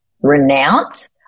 renounce